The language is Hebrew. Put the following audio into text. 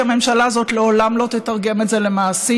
כי הממשלה הזאת לעולם לא תתרגם את זה למעשים,